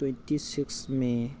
twenty six may